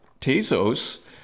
Tezos